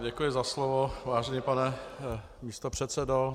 Děkuji za slovo, vážený pane místopředsedo.